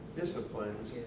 disciplines